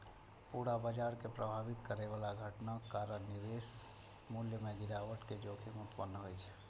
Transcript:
पूरा बाजार कें प्रभावित करै बला घटनाक कारण निवेश मूल्य मे गिरावट के जोखिम उत्पन्न होइ छै